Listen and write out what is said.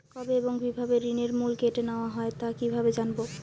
কবে এবং কিভাবে ঋণের মূল্য কেটে নেওয়া হয় তা কিভাবে জানবো?